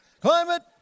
climate